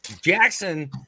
Jackson